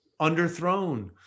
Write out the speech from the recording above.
underthrown